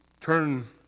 turn